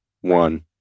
one